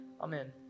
Amen